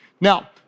Now